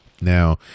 Now